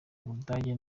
budage